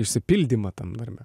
išsipildymą tam darbe